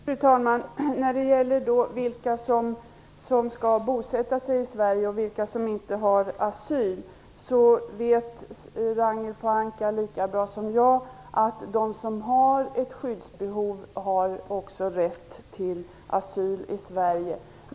Fru talman! När det gäller vilka som skall bosätta sig i Sverige och vilka som inte har asyl, vet Ragnhild Pohanka lika bra som jag att de som har ett skyddsbehov också har rätt till asyl i Sverige.